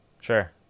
Sure